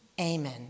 Amen